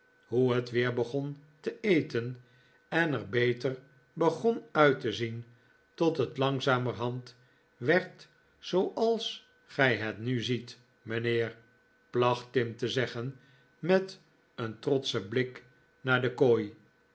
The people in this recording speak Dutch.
hoe het weer begon te eten en er beter begon uit te zien tot het langzamerhand werd zooals gij het nu ziet mijnheer placht tim te zeggen met een trotschen blik naar de kooi